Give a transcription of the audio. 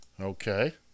Okay